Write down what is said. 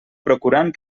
procurant